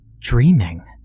Dreaming